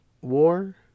war